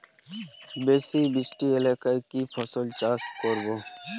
বেশি বৃষ্টি এলাকায় কি ফসল চাষ করব?